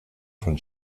von